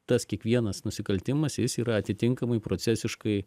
tas kiekvienas nusikaltimas jis yra atitinkamai procesiškai